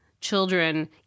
children